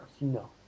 No